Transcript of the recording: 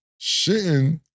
shitting